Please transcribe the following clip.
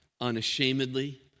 unashamedly